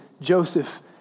Joseph